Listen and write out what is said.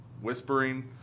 whispering